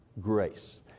grace